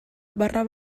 barra